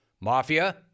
Mafia